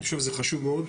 זה חשוב מאוד.